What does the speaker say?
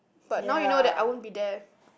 but now you know that I won't be there